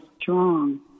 strong